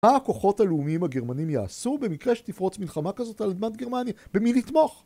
מה הכוחות הלאומיים הגרמנים יעשו במקרה שתפרוץ מלחמה כזאת על אדמת גרמניה? במי לתמוך?